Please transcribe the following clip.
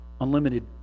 unlimited